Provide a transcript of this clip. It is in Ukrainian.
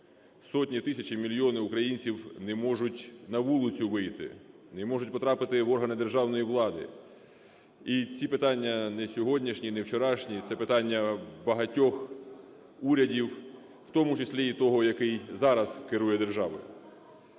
Сотні, тисячі і мільйони українців не можуть на вулицю вийти, не можуть потрапити в органи державної влади, і ці питання не сьогоднішні і не вчорашні, це питання багатьох урядів, в тому числі й того, який зараз керує державою.